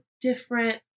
different